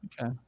Okay